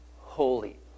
holy